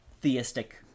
theistic –